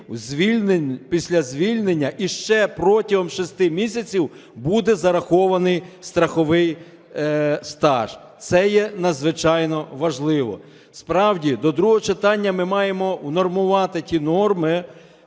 після звільнення і ще протягом 6 місяців буде зарахований страховий стаж, це є надзвичайно важливо. Справді, до другого читання ми маємо унормувати ті норми,